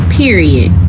period